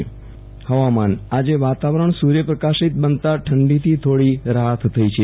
વિરલ રાણા હવામાન આજે વાતાવરણ સૂર્ય પ્રકાશીત બનતા ઠંડીથી થોડી રાહત થઈ છે